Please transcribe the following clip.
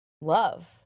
love